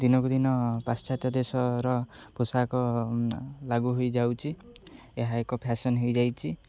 ଦିନକୁ ଦିନ ପାଶ୍ଚାତ୍ୟ ଦେଶର ପୋଷାକ ଲାଗୁ ହୋଇଯାଉଛି ଏହା ଏକ ଫ୍ୟାସନ୍ ହୋଇଯାଇଛି